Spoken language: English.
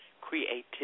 creativity